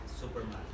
superman